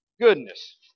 goodness